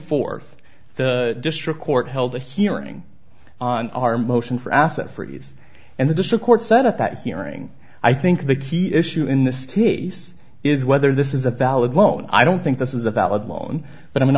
fourth the district court held a hearing on our motion for asked for it and the district court said at that hearing i think the key issue in this case is whether this is a valid loan i don't think this is a valid loan but i